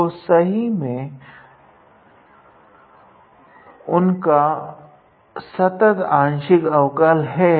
तो सही में उनका संतत् आंशिक अवकल है